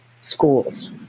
schools